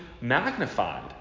magnified